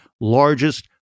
largest